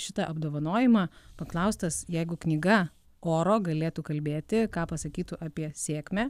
šitą apdovanojimą paklaustas jeigu knyga oro galėtų kalbėti ką pasakytų apie sėkmę